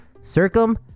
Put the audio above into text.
Circum